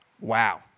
Wow